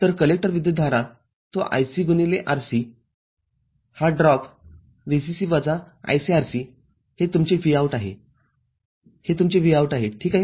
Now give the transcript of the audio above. तरकलेक्टरविद्युतधारातो IC गुणिले RC हा drop VCC वजा ICRC हे तुमचे Vout आहे हे तुमचे Vout आहे ठीक आहे